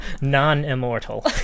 non-immortal